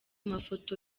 mafoto